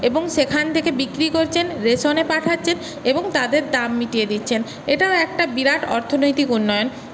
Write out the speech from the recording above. এবং সেখান থেকে বিক্রি করছেন রেশনে পাঠাচ্ছেন এবং তাদের দাম মিটিয়ে দিচ্ছেন এটাও একটা বিরাট অর্থনৈতিক উন্নয়ন